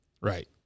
Right